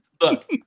Look